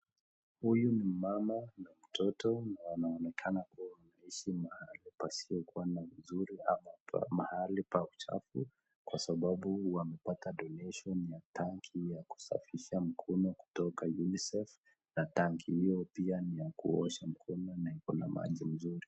Huyu ni mama na mtoto, na inaonekana kuwa wanaishi mahali pasipo kiwa pazuri, ama mahali pa uchafu, kwa sababu wamepata [donation] ya tanki ya kusafisha mkono kutoka [unicef], na tanki hio pia ni ya kuosha mkono, na iko na maji mzuri.